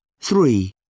Three